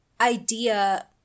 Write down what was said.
idea